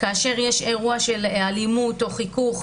כאשר יש אירוע של אלימות או חיכוך,